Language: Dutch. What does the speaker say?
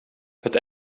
het